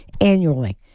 annually